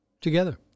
Together